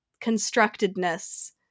constructedness